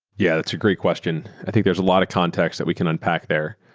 yeah, that's a great question. i think there's a lot of context that we can unpack there.